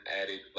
added